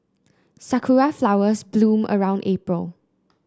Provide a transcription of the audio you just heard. Sakura flowers bloom around April